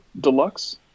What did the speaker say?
deluxe